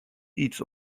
iets